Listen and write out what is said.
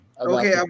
Okay